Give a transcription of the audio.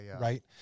right